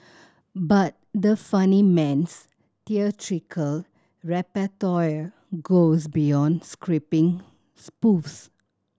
but the funnyman's theatrical repertoire goes beyond scripting spoofs